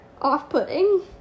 off-putting